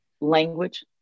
language